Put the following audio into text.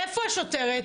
איפה השוטרת?